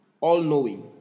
all-knowing